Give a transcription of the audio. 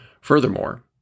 Furthermore